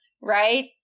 right